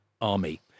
Army